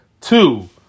Two